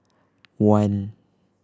one